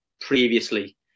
previously